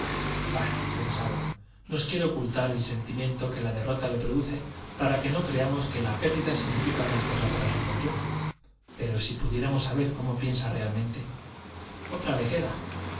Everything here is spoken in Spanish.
bah pensaron nos quiere ocultar el sen timiento que la derrota le produce para que no crea mos que la pérdida significa gran cosa para su fortuna pero si pudiéramos saber cómo piensa realmente i otra le queda